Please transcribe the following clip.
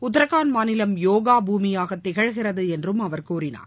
உத்ரகாண்ட் மாநிலம் யோகா பூமியாக திகழ்கிறது என்றும் அவர் கூறினார்